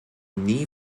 nie